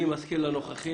אני מזכיר לנוכחים,